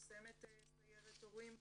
מיושמת סיירת הורים.